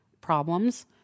problems